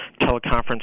teleconference